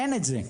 אין את זה.